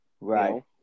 Right